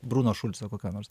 bruno šulco kokio nors